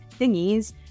thingies